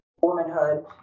womanhood